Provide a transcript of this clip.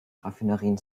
raffinerien